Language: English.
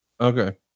Okay